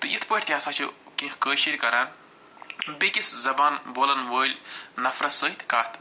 تہٕ یِتھ پٲٹھۍ تہِ ہَسا چھِ کیٚنٛہہ کٲشِرۍ کَران بیٚیِس زبان بولن وٲلۍ نفرس سۭتۍ کتھ